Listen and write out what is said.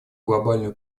глобальную